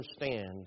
understand